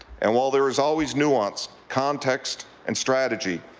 and while there is always nuance context and strategy,